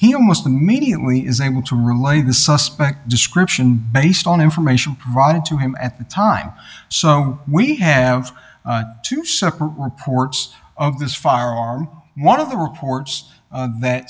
he almost immediately is able to relate the suspect description based on information provided to him at the time so we have two separate reports of this firearm one of the reports that